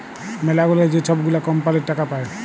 ম্যালাগুলা যে ছব গুলা কম্পালির টাকা পায়